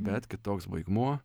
bet kitoks baigmuo